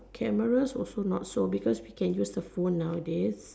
cameras also not so because we can use the phone nowadays